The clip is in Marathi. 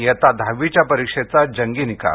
इयत्ता दहावीच्या परीक्षेचा जंगी निकाल